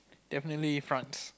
definitely France